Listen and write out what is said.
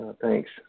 thanks